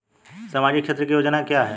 सामाजिक क्षेत्र की योजना क्या है?